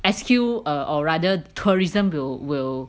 S_Q err or rather tourism will will